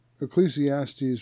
Ecclesiastes